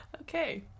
Okay